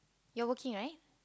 you're working right